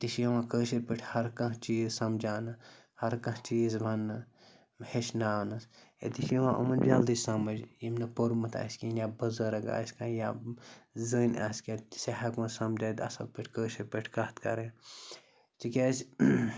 أتی چھِ یِوان کٲشِرۍ پٲٹھۍ ہَرٕ کانٛہہ چیٖز سَمجاونہٕ ہَرٕ کانٛہہ چیٖز ونٛنہٕ ہیٚچھناونہٕ أتی چھِ یِوان یِمَن جلدی سَمٕج ییٚمۍ نہٕ پوٚرمُت آسہِ کِہیٖنۍ یا بُزرٕگ آسہِ کانٛہہ یا زٔنۍ آسہِ کیٚنٛہہ سُہ ہٮ۪کون سَمجٲوِتھ اَصٕل پٲٹھۍ کٲشِر پٲٹھۍ کَتھ کَرٕنۍ تِکیٛازِ